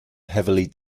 heavily